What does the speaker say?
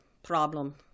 Problem